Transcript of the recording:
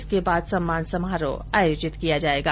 इसके बाद सम्मान समारोह आयोजित किया जायेगा